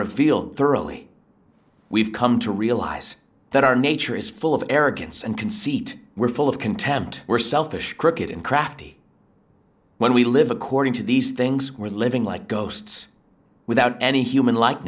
revealed thoroughly we've come to realize that our nature is full of arrogance and conceit were full of contempt were selfish cricket and crafty when we live according to these things we're living like ghosts without any human like